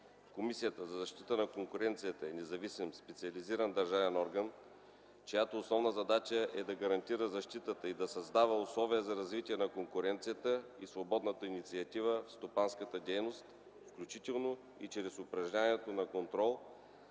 Комисията за защита на конкуренцията е независим специализиран държавен орган, чиято основна задача е да гарантира защитата и да създава условия за развитие на конкуренцията и свободната инициатива в стопанската дейност, включително и чрез упражняването на контрол